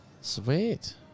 Sweet